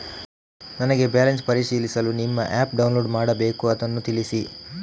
ನನಗೆ ಬ್ಯಾಲೆನ್ಸ್ ಪರಿಶೀಲಿಸಲು ನಿಮ್ಮ ಆ್ಯಪ್ ಡೌನ್ಲೋಡ್ ಮಾಡಬೇಕು ಅದನ್ನು ತಿಳಿಸಿ?